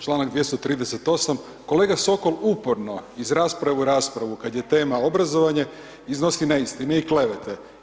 Članak 238., kolega Sokol uporno iz rasprave u raspravu kad je tema obrazovanje, iznosi neistine i klevete.